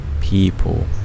people